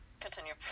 Continue